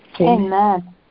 Amen